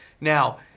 Now